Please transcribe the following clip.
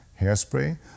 hairspray